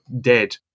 dead